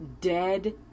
dead